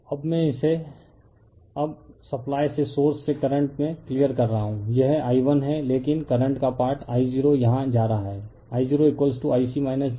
अब मैं इसे अब सप्लाई से सोर्स से करंट में क्लियर कर रहा हूं यह I1 है लेकिन करंट का पार्ट I0 यहां जा रहा है I0Ic jIm